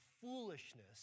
foolishness